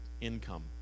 income